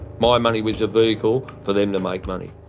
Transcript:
my money was a vehicle for them to make money.